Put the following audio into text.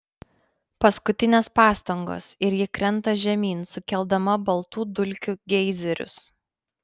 paskutinės pastangos ir ji krenta žemyn sukeldama baltų dulkių geizerius